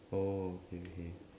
oh okay okay